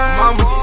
mama